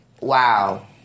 wow